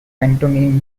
pantomime